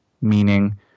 meaning